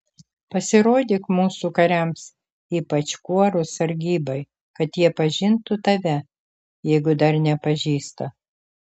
pasirodyk mūsų kariams ypač kuorų sargybai kad jie pažintų tave jeigu dar nepažįsta